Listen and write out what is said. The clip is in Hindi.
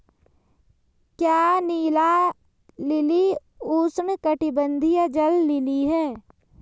क्या नीला लिली उष्णकटिबंधीय जल लिली है?